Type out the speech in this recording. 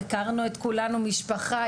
הכרנו את כולנו משפחה,